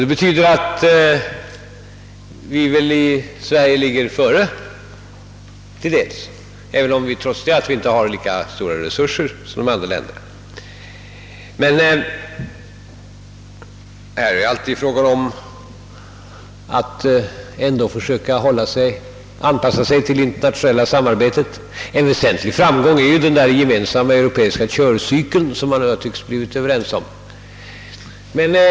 Det betyder att vi i Sverige till dels ligger före, trots att vi inte har lika stora resurser som andra länder. Emellertid är det alltid fråga om att försöka anpassa sig till det internationella samarbetet. En väsentlig framgång är den gemensamma europeiska körcykel, som man redan tycks ha blivit överens om.